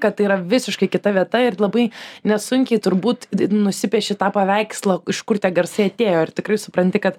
kad tai yra visiškai kita vieta ir labai nesunkiai turbūt nusipieši tą paveikslą iš kur tie garsai atėjo ir tikrai supranti kad